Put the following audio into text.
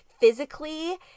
physically